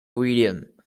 william